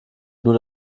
nur